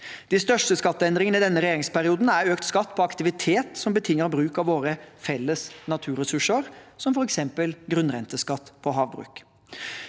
De største skatteendringene i denne regjeringsperioden er økt skatt på aktivitet som betinger bruk av våre felles naturressurser, som f.eks. grunnrenteskatt på havbruk.